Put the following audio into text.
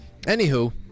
anywho